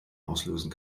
auslösen